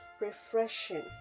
refreshing